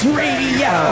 radio